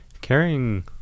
Carrying